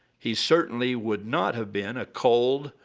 he certainly would not have been a cold,